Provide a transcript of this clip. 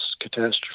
catastrophe